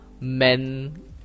men